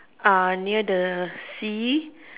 uh near the sea